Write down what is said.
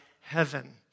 heaven